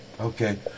Okay